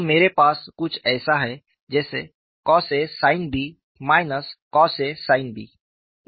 तो मेरे पास कुछ ऐसा है जैसे cos a sin b cos a sin b